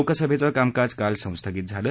लोकसभ कामकाज काल संस्थगित झालं